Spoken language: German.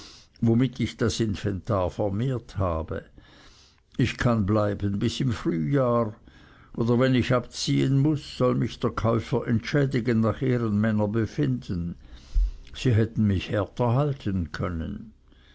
womit ich das inventar vermehrt habe ich kann bleiben bis im frühjahr oder wenn ich abziehen muß soll mich der käufer entschädigen nach ehrenmänner befinden sie hätten mich härter halten können